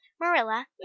marilla